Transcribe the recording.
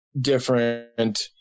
different